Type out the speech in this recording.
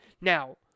Now